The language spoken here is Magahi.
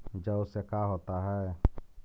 जौ से का होता है?